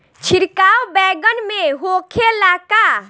छिड़काव बैगन में होखे ला का?